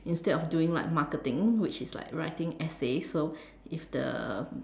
instead of doing like marketing which is like writing essays so if the